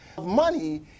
money